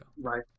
Right